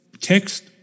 text